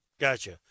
Gotcha